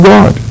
God